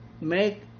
make